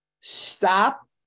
stop